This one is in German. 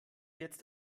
jetzt